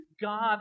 God